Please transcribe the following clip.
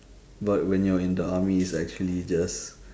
but when you're in the army it's actually just